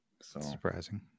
Surprising